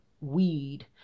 weed